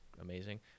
amazing